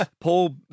Paul